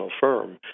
firm